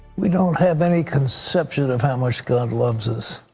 we don't have any conception of how much god loves us.